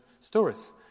stories